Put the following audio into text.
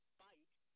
fight